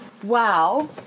Wow